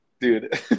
Dude